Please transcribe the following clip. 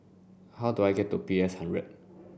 how do I get to P S hundred